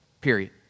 Period